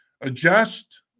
adjust